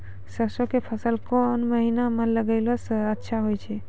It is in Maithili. सरसों के फसल कोन महिना म लगैला सऽ अच्छा होय छै?